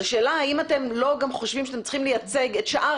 האם אתם לא חושבים שאתם צריכים לייצג את שאר